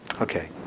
Okay